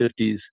1950s